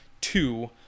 two